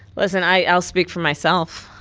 listen i'll speak for myself.